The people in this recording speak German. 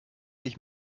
ich